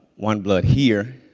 oneblood here,